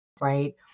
right